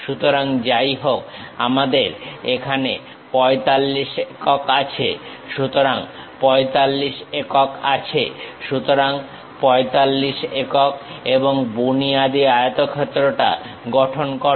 সুতরাং যাই হোক আমাদের এখানে 45 একক আছে সেখানে 45 একক আছে সুতরাং 45 একক এবং বুনিয়াদি আয়তক্ষেত্রটা গঠন করো